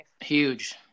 Huge